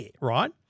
right